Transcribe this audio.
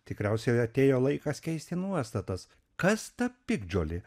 tikriausiai atėjo laikas keisti nuostatas kas ta piktžolė